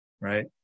Right